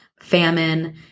famine